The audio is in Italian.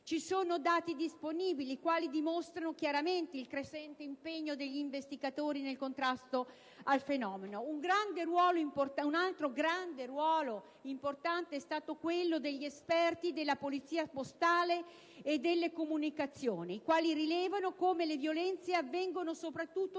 I dati disponibili mostrano abbastanza chiaramente il crescente impegno degli investigatori nel contrasto al fenomeno. Un ruolo altrettanto importante è stato svolto dagli esperti della polizia postale e delle comunicazioni, i quali rilevano come le violenze avvengano soprattutto tra le